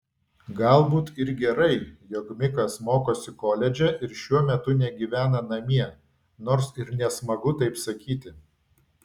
galbūt ir gerai jog mikas mokosi koledže ir šuo metu negyvena namie nors ir nesmagu taip sakyti